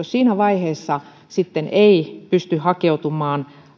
siinä vaiheessa sitten ei pysty hakeutumaan